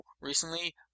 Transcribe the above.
recently